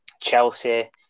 Chelsea